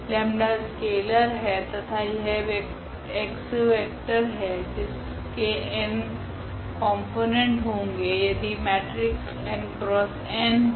𝜆 scalar है तथा यह x वेक्टर है जिसके n कॉम्पोनेंट होगे यदि मेट्रिक्स n x n हो